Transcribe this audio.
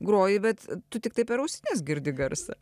groji bet tu tiktai per ausines girdi garsą